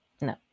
No